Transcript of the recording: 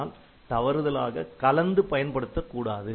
ஆனால் தவறுதலாக கலந்து பயன்படுத்தக்கூடாது